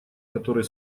который